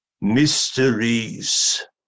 Mysteries